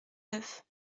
neufs